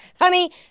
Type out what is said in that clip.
honey